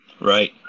right